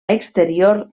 exterior